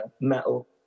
metal